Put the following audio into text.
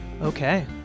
Okay